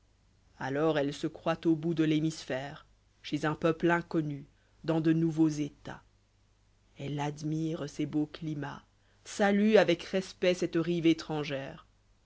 alors elle se cicit au bout de l'hémisphère clici un peuple inconnu diciis de nouveaux etats elle admire ces beaux clirnais t'alue avec respect celte iive étrangère